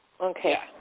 Okay